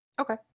Okay